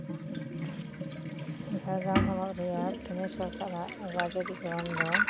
ᱡᱷᱟᱲᱜᱨᱟᱢ ᱦᱚᱱᱚᱛ ᱨᱮᱭᱟᱜ ᱛᱤᱱᱟᱹᱜ ᱥᱚᱨᱠᱟᱨᱟᱜ ᱨᱟᱡᱽᱼᱟᱹᱨᱤ ᱠᱚᱨᱚᱱ ᱫᱚ